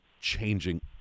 changing